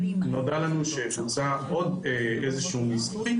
נודע לנו שבוצע עוד איזשהו ניסוי,